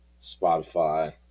Spotify